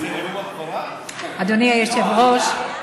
אדוני היושב-ראש,